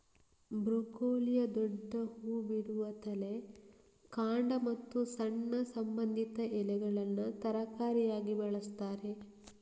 ಬ್ರೊಕೊಲಿಯ ದೊಡ್ಡ ಹೂ ಬಿಡುವ ತಲೆ, ಕಾಂಡ ಮತ್ತು ಸಣ್ಣ ಸಂಬಂಧಿತ ಎಲೆಗಳನ್ನ ತರಕಾರಿಯಾಗಿ ಬಳಸ್ತಾರೆ